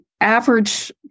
average